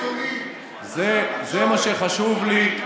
אתה שר תקשורת, זה מה שחשוב לי.